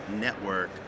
network